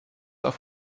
auf